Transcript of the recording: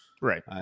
right